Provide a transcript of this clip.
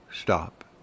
stop